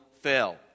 fail